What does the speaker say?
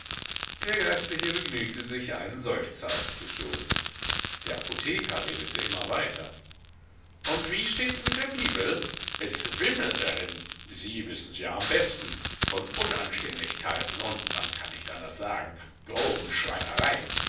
der geistliche begnügte sich einen seufzer auszustoßen der apotheker redete immer weiter und wie stehts mit der bibel es wimmelt darin sie wissens ja am besten von unanständigkeiten und man kann nicht anders sagen groben schweinereien